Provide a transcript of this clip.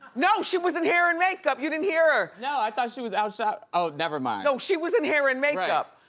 no, she was in hair and makeup, you didn't hear her. no, i thought she was out, oh, nevermind. no she was in hair and makeup.